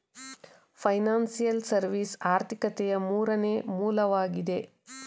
financial service ಆರ್ಥಿಕತೆಯ ಮೂರನೇ ವಲಯವಗಿದೆ